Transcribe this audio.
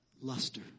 luster